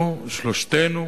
אנחנו, שלושתנו,